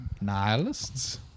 Nihilists